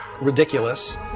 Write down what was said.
ridiculous